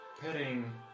petting